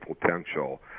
potential